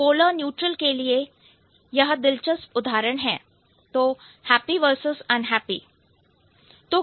polar neutral के लिए यह दिलचस्प उदाहरण है तो happy versus unhappy